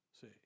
See